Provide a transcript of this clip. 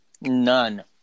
None